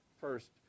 First